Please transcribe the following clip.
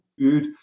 food